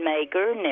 maker